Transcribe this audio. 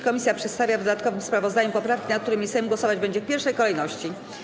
Komisja przedstawia w dodatkowym sprawozdaniu poprawki, nad którymi Sejm głosować będzie w pierwszej kolejności.